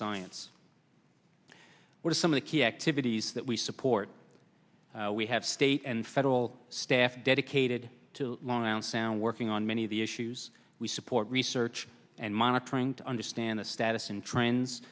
science what are some of the key activities that we support we have state and federal staff dedicated to long island sound working on many of the issues we support research and monitoring to understand the status and trends